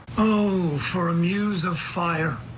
oh for a muse of fire.